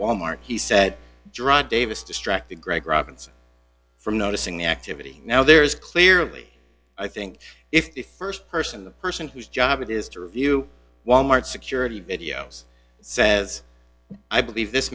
wal mart he said dr davis distracted greg robinson from noticing the activity now there is clearly i think if st person the person whose job it is to review walmart security videos says i believe this